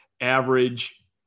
average